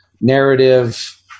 narrative